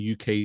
UK